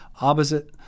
opposite